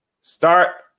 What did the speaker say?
start